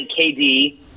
KD